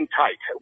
tight